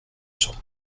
sur